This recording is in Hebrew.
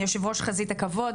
יו"ר חזית הכבוד,